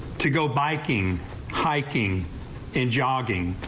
to go biking hiking and jogging.